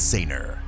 Sainer